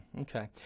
Okay